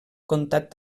comtat